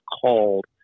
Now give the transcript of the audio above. called